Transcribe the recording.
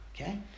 Okay